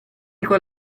con